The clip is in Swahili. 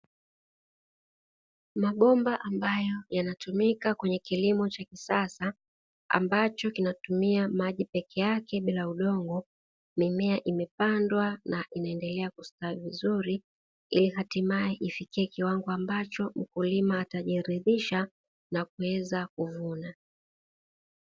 Mabomba ambayo yanatumika kwenye kilimo cha kisasa, ambacho kinatumia maji peke yake bila udongo. Mimea imepandwa na kuendelea kustawi vizuri, ili hatimaye ifikie kiwango ambacho mkulima atajiridhisha na kuweza kuvuna.